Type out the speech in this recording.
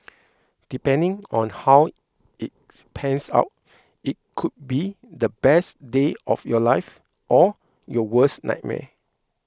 depending on how it pans out it could be the best day of your life or your worst nightmare